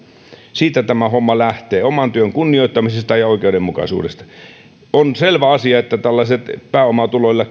siitä tämä homma lähtee oman työn kunnioittamisesta ja oikeudenmukaisuudesta on selvä asia että tällainen pääomatuloilla